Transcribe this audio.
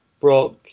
Brock